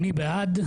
מי בעד?